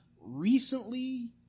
recently